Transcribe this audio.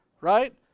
Right